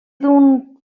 d’un